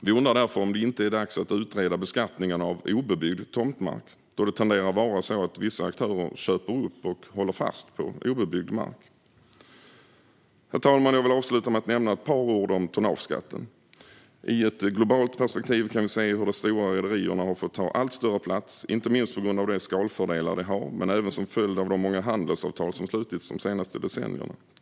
Vi undrar därför om det inte är dags att utreda beskattningen av obebyggd tomtmark, då det tenderar att vara så att vissa aktörer köper upp och håller fast vid obebyggd mark. Herr talman! Jag vill avsluta med att säga ett par ord om tonnageskatten. I ett globalt perspektiv kan vi se hur de stora rederierna har fått ta allt större plats, både på grund av de skalfördelar de har och som följd av de många handelsavtal som slutits de senare decennierna.